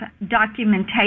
documentation